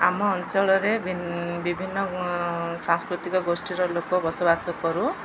ଆମ ଅଞ୍ଚଳରେ ବିଭିନ୍ନ ସାଂସ୍କୃତିକ ଗୋଷ୍ଠୀର ଲୋକ ବସବାସ କରୁ